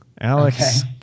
Alex